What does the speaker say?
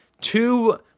two